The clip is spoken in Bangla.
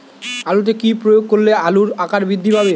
আলুতে কি প্রয়োগ করলে আলুর আকার বৃদ্ধি পাবে?